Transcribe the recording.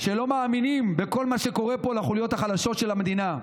שלא מאמינים בכל מה שקורה פה לחוליות החלשות של המדינה,